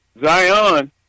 Zion